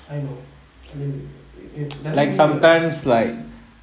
I know I mean it doesn't mean like